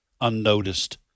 unnoticed